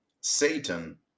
Satan